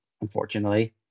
unfortunately